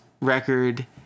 record